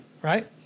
right